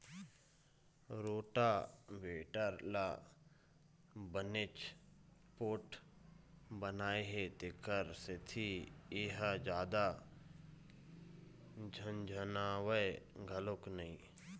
rotavator ल बनेच पोठ बनाए हे तेखर सेती ए ह जादा झनझनावय घलोक नई